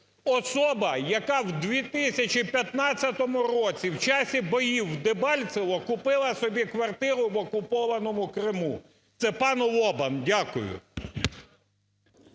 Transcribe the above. особа, яка в 2015 році в часи боїв в Дебальцево купила собі квартиру в окупованому Криму? Це пан Лобан. Дякую.